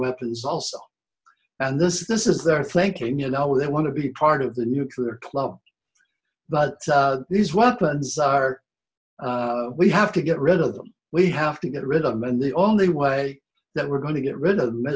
weapons also and this is this is their thinking you know they want to be part of the nuclear club but these weapons are we have to get rid of them we have to get rid of them and the only way that we're going to get rid of th